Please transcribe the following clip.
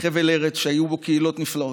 חבל ארץ שהיו בו קהילות נפלאות,